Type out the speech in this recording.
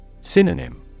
Synonym